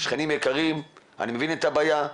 אני מבין את הבעיה,